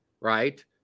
right